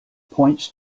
points